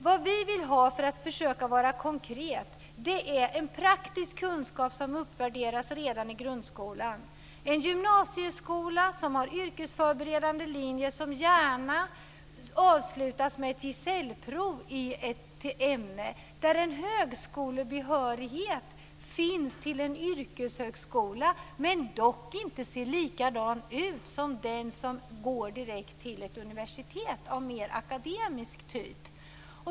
Vad vi vill ha, om jag ska försöka vara konkret, är en praktisk kunskap som uppvärderas redan i grundskolan, en gymnasieskola som har yrkesförberedande linjer som gärna avslutas med ett gesällprov i ett ämne, där en högskolebehörighet finns till en yrkeshögskola som dock inte ser lika ut som den som leder direkt till ett universitet av mer akademisk typ.